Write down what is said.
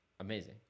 Amazing